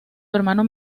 hermano